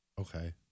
Okay